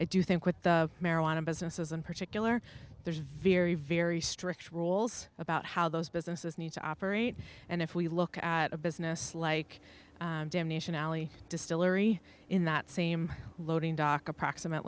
i do think with the marijuana businesses in particular there's very very strict rules about how those businesses need to operate and if we look at a business like damnation alley distillery in that same loading dock approximate